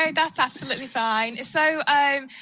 ah that's absolutely fine. so,